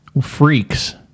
freaks